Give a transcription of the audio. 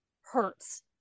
hurts